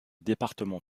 département